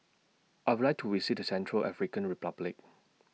I Would like to visit Central African Republic